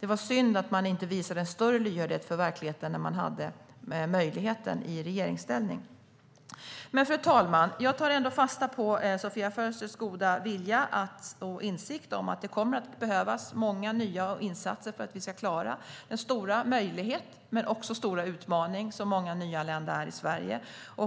Det var synd att man inte visade en större lyhördhet för verkligheten när man hade möjligheten i regeringsställning. Fru talman! Jag tar ändå fasta på Sofia Fölsters goda vilja och hennes insikt att det kommer att behövas många nya insatser för att vi ska klara den stora möjligheten - men också stora utmaningen - med många nyanlända här i Sverige.